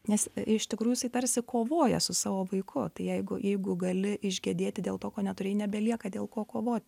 nes iš tikrųjų jisai tarsi kovoja su savo vaiku jeigu jeigu gali išgedėti dėl to ko neturėjai nebelieka dėl ko kovot